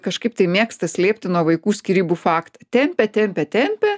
kažkaip tai mėgsta slėpti nuo vaikų skyrybų faktą tempia tempia tempia